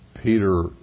Peter